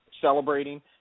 celebrating –